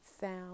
sound